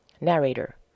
Narrator